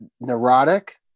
neurotic